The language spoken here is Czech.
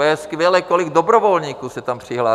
Je skvělé, kolik dobrovolníků se tam přihlásilo.